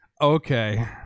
Okay